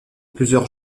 plusieurs